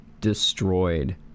destroyed